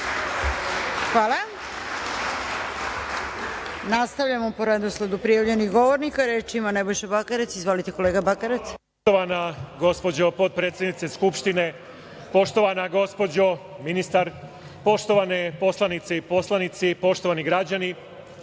Hvala. Nastavljamo po redosledu prijavljenih govornika. Reč ima Nebojša Bakarec. Izvolite, kolega Bakarec.